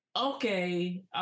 okay